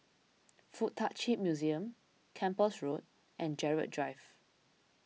Fuk Tak Chi Museum Kempas Road and Gerald Drive